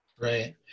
Right